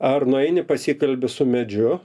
ar nueini pasikalbi su medžiu